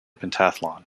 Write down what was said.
pentathlon